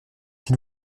s’il